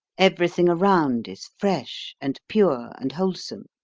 everything around is fresh and pure and wholesome.